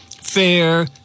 fair